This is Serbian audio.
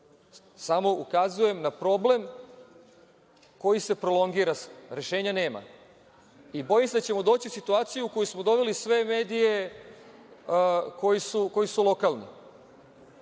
Samo ukazujem na problem koji se prolongira, a rešenja nema. Bojim se da ćemo doći u situaciju u koju smo doveli sve medije koji su lokalni.